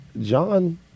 John